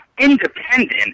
independent